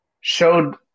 showed